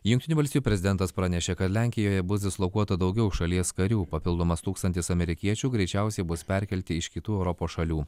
jungtinių valstijų prezidentas pranešė kad lenkijoje bus dislokuota daugiau šalies karių papildomas tūkstantis amerikiečių greičiausiai bus perkelti iš kitų europos šalių